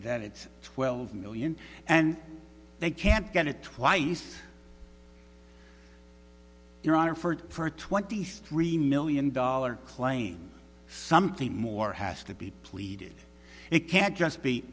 that it's twelve million and they can't get it twice your honor for twenty three million dollars claim something more has to be pleaded it can't just be